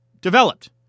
developed